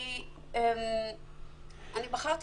אני בחרתי